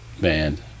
band